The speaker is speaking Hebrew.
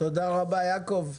תודה רבה יעקב.